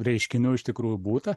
reiškinių iš tikrųjų būta